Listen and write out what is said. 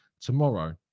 Tomorrow